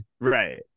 right